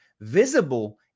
visible